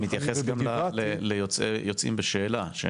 אתה מתייחס גם ליוצאים בשאלה?